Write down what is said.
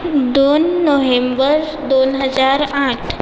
दोन नोव्हेंबर दोन हजार आठ